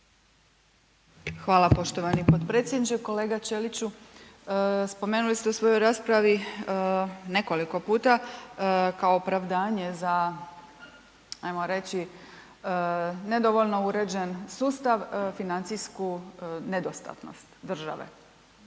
Hvala poštovani potpredsjedniče. Kolega Ćeliću, spomenuli ste u svojoj raspravi nekoliko puta kao opravdanje za, ajmo reći, nedovoljno uređen sustav, financijsku nedostatnost države.